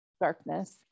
darkness